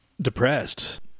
depressed